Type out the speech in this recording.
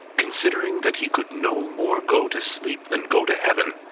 considering that he could no more go to sleep than go to heaven,